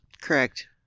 Correct